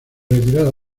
retirada